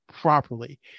properly